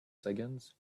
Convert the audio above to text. seconds